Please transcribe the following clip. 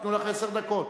ייתנו לך עשר דקות.